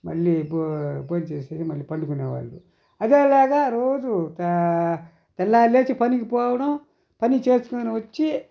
మళ్లీ భోం భోంచేసేది మళ్లీ పండుకునేవాళ్ళు అదేలాగా రోజు ఒక తెల్లారి లేచి పనికి పోవడం పనిచేసుకొని వచ్చి